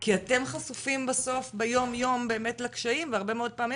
כי אתם חשופים בסוף ביום יום באמת לקשיים והרבה מאוד פעמים